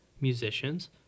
musicians